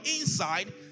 inside